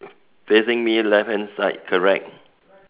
facing me left hand side correct